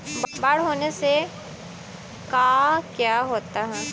बाढ़ होने से का क्या होता है?